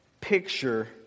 picture